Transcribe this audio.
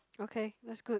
okay that's good